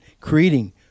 creating